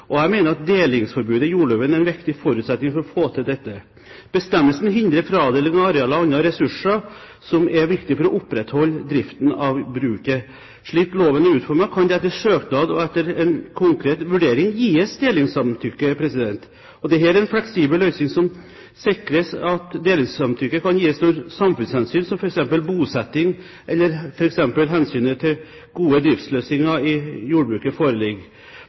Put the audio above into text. og jeg mener at delingsforbudet i jordloven er en viktig forutsetning for å få til dette. Bestemmelsen hindrer fradeling av areal og andre ressurser som er viktig for å opprettholde driften av bruket. Slik loven er utformet, kan det etter søknad og etter en konkret vurdering gis delingssamtykke. Dette er en fleksibel løsning som sikrer at delingssamtykke kan gis når samfunnshensyn, som f.eks. bosetting eller hensynet til gode driftsløsninger i jordbruket, foreligger.